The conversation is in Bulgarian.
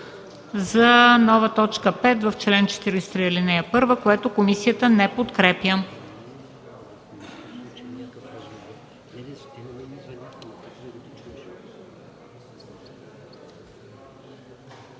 за нова т. 5 в чл. 43, ал. 1, което комисията не подкрепя.